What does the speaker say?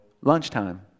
lunchtime